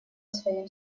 своим